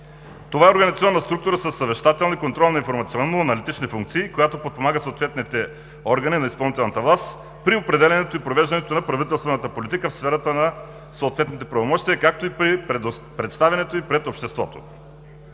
Това е организационна структура със съвещателни, контролни информационно-аналитични функции, която подпомага съответните органи на изпълнителната власт при определянето и провеждането на правителствената политика в сферата на съответните правомощия, както и при представянето й пред обществото.